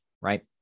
right